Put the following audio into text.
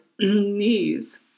knees